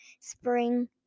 Spring